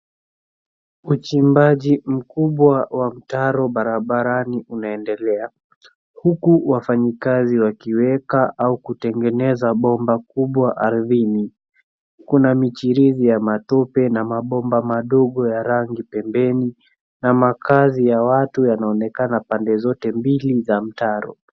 Uchimbaji mkubwa wa mtaro wa barabarani unaendelea, huku wafanyikazi wakiweka au kutengeneza bomba kubwa ardhini. Kuna michirizi ya matope na mabomba madogo ya rangi pembeni na makaazi ya watu yanaonekana pande zote mbili za mtaro.